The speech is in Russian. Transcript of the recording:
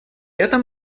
этом